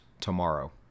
tomorrow